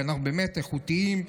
כי אנחנו באמת איכותיים.